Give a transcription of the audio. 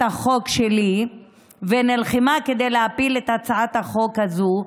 החוק שלי ונלחמה כדי להפיל את הצעת החוק הזאת,